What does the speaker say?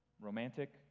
romantic